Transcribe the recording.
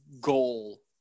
goal